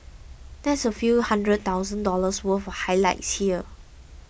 that's a few hundred thousand dollars worth of highlights here